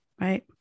Right